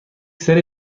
سری